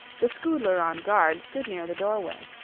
the scoodler on guard stood near the doorway,